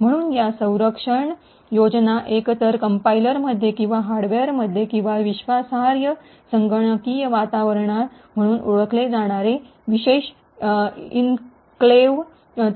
म्हणून या संरक्षण योजना एकतर कंपाईलरमध्ये किंवा हार्डवेअरमध्ये किंवा विश्वासार्ह संगणकीय वातावरण म्हणून ओळखले जाणारे विशेष एन्क्लेव्ह